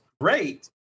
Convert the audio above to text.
great